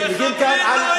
מחבלים לא יהיו פה.